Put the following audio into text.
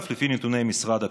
אגב, על פי נתוני משרד הקליטה,